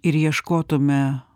ir ieškotume